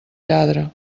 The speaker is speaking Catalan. lladre